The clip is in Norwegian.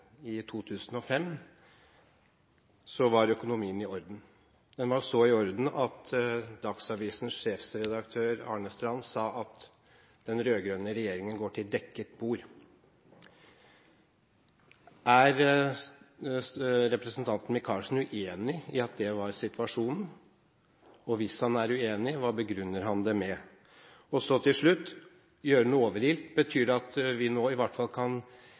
i 2005, var økonomien i orden. Den var så i orden at Dagsavisens sjefredaktør, Arne Strand, sa at den rød-grønne regjeringen gikk til dekket bord. Er representanten Micaelsen uenig i at det var situasjonen? Hvis han er uenig, hva begrunner han det med? Til slutt: «Gjøre noe overilt» – betyr det at vi nå i hvert fall kan